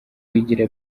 wigira